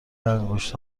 انگشت